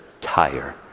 tire